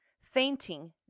fainting